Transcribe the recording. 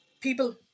people